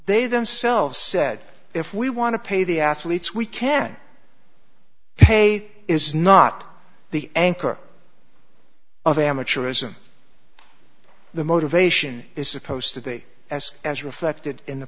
they themselves said if we want to pay the athletes we can pay is not the anchor of amateurism the motivation is supposed to be as as reflected in the